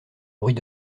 bruit